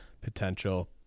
potential